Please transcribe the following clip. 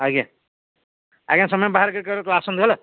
ଆଜ୍ଞା ଆଜ୍ଞା ସମୟ ବାହାର କରିକି ଆସନ୍ତୁ ହେଲା